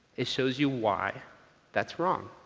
it shows you why that's wrong.